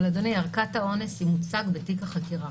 אבל אדוני, ערכת האונס היא מוצג בתיק החקירה.